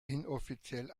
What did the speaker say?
inoffiziell